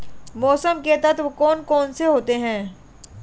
मौसम के तत्व कौन कौन से होते हैं?